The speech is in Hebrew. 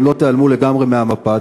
אם לא תיעלמו לגמרי מהמפה.